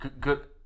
Good